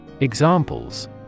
Examples